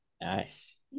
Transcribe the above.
Nice